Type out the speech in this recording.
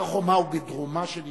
הר-חומה הוא בדרומה של ירושלים,